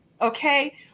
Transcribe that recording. Okay